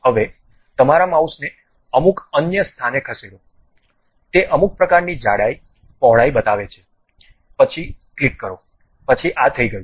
હવે તમારા માઉસને અમુક અન્ય સ્થાને ખસેડો તે અમુક પ્રકારની જાડાઈ પહોળાઈ બતાવે છે પછી ક્લિક કરો પછી આ થઈ ગયું